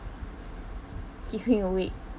keeping awake